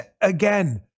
again